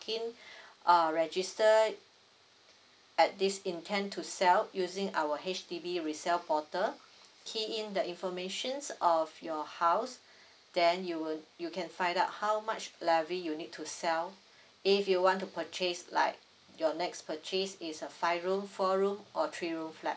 in uh register at this intend to sell using our H_D_B resell portal key in the informations of your house then you will you can find out how much levy you need to sell if you want to purchase like your next purchase is a five room four room or three room flat